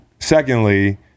Secondly